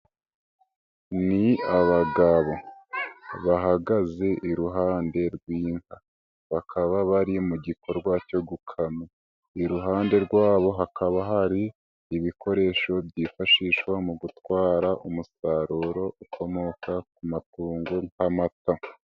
Ni abagabo. Bahagaze iruhande rw'inka. Bakaba bari mu gikorwa cyo gukama. Iruhande rwabo hakaba hari, ibikoresho byifashishwa mu gutwara umusaruro ukomoka ku matungo nk'amata.